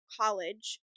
college